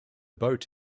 boat